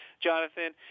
Jonathan